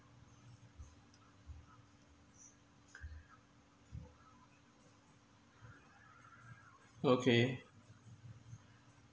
okay